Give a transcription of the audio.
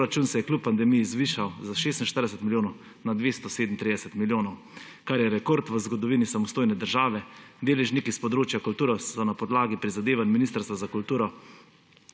Proračun se je kljub pandemiji zvišal za 46 milijonov na 237 milijonov, kar je rekord v zgodovini samostojne države. Deležniki s področja kulture so na podlagi prizadevanj Ministrstva za kulturo